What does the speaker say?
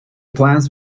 plans